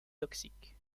toxiques